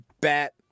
bat